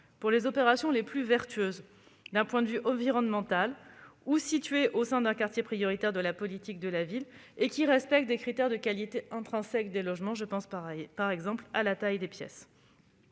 pour les opérations les plus vertueuses d'un point de vue environnemental ou situées dans un quartier prioritaire de la politique de la ville et respectant des critères de qualité intrinsèque des logements- je pense par exemple à la taille des pièces.